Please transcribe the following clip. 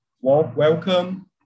welcome